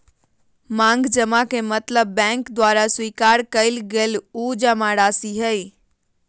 मांग जमा के मतलब बैंक द्वारा स्वीकार कइल गल उ जमाराशि हइ